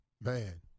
Man